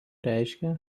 reiškia